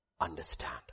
understand